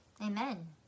Amen